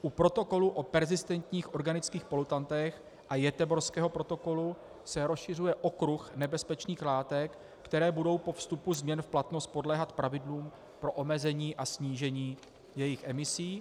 U Protokolu o perzistentních organických polutantech a Göteborského protokolu se rozšiřuje okruh nebezpečných látek, které budou po vstupu změn v platnost podléhat pravidlům pro omezení a snížení jejich emisí.